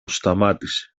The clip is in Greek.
σταμάτησε